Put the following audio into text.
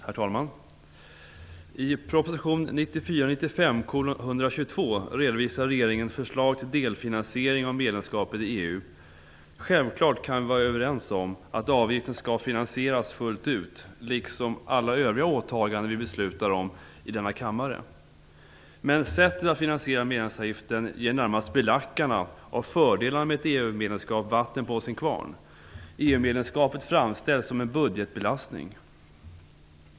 Herr talman! I proposition 1994/95:122 redovisar regeringen förslag till delfinansiering av medlemskapet i EU. Självfallet kan vi vara överens om att avgiften skall finansieras fullt ut liksom alla övriga åtaganden som vi beslutar om i denna kammare. Men sättet att finansiera medlemsavgiften ger närmast belackarna av fördelarna med ett EU-medlemskap vatten på sin kvarn. EU-medlemskapet framställs som en budgetbelastning.